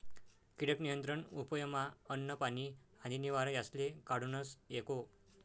कीटक नियंत्रण उपयमा अन्न, पानी आणि निवारा यासले काढूनस एको